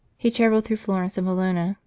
he travelled through florence and bologna,